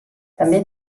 també